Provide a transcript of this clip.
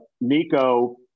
Nico